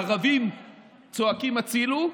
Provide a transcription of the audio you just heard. הערבים צועקים הצילו,